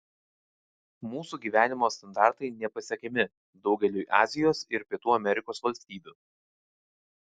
mūsų gyvenimo standartai nepasiekiami daugeliui azijos ir pietų amerikos valstybių